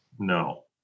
No